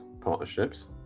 partnerships